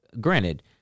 granted